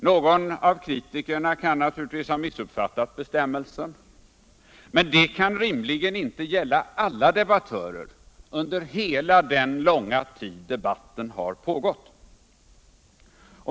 Någon av kritikerna kan naturtigtvis ha missuppfattat bestämmelsen, men det kan rimligen inte gälla alla debattörer under hela den långa tid som debatten har pågått.